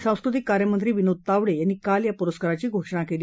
सांस्कृतिक कार्यमंत्री विनोद तावडे यांनी काल या पुरस्काराची घोषणा केली